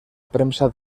premsa